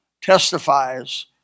testifies